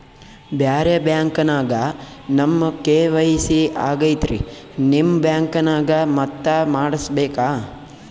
ಬ್ಯಾರೆ ಬ್ಯಾಂಕ ನ್ಯಾಗ ನಮ್ ಕೆ.ವೈ.ಸಿ ಆಗೈತ್ರಿ ನಿಮ್ ಬ್ಯಾಂಕನಾಗ ಮತ್ತ ಮಾಡಸ್ ಬೇಕ?